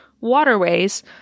waterways